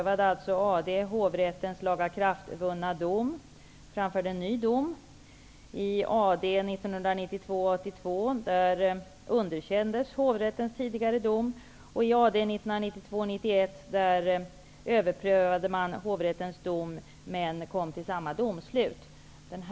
AD överprövade man hovrättens dom, men kom till samma domslut.